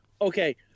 Okay